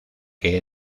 que